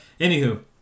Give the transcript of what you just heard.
Anywho